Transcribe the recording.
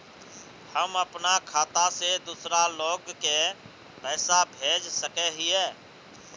हम अपना खाता से दूसरा लोग के पैसा भेज सके हिये?